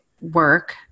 work